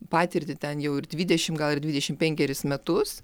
patirtį ten jau ir dvidešim gal ir dvidešim penkerius metus